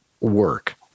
work